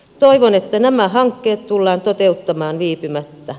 toivon että nämä hankkeet tullaan toteuttamaan viipymättä